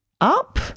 up